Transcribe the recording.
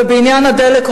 ובעניין הדלק,